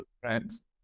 friends